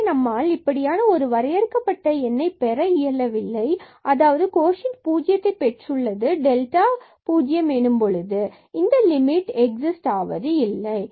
எனவே நம்மால் இப்படியான ஒரு வரையறுக்கப்பட்ட A எண்ணைப் பெற இயலவில்லை அதாவது கோஷன்ட் பூஜ்ஜியத்தை பெற்றுள்ளது delta o எனும்பொழுது இந்த லிமிட் எக்ஸிஸ்ட் ஆவது இல்லை